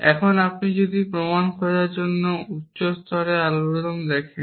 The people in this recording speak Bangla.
এখন আপনি যদি প্রমাণ খোঁজার জন্য উচ্চ স্তরের অ্যালগরিদম দেখেন